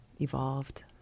evolved